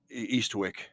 Eastwick